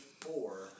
four